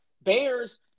Bears